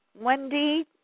Wendy